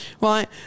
right